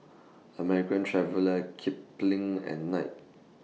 American Traveller Kipling and Knight